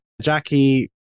Jackie